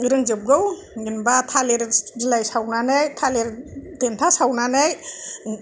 रोंजोबगौ जेन'बा थालिर बिलाय सावनानै थालिर देनथा सावनानै